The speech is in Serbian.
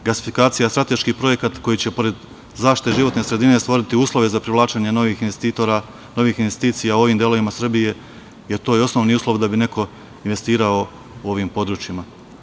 Gasifikacija strateški projekat koji će pored zaštite životne sredine stvoriti uslove za privlačenje novih investitora, novih investicija u ovim delovima Srbije, jer to je osnovni uslov da bi neko investirao u ovim područjima.